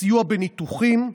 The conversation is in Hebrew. סיוע בניתוחים,